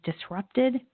disrupted